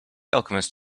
alchemist